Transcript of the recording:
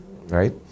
right